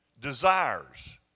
desires